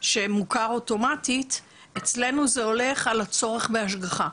שמוכר אוטומטית, אצלנו זה הולך על הצורך בהשגחה.